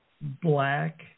black